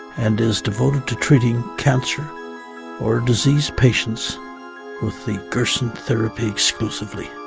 and is devoted to treating cancer or disease patients with the gerson therapy exclusively.